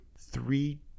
three